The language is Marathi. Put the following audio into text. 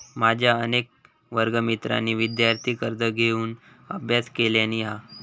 माझ्या अनेक वर्गमित्रांनी विदयार्थी कर्ज घेऊन अभ्यास केलानी हा